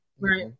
Right